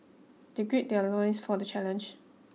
they gird their loins for the challenge